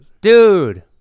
Dude